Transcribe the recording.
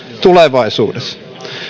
tulevaisuudessa